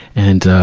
and, ah,